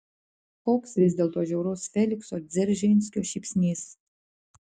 koks vis dėlto žiaurus felikso dzeržinskio šypsnys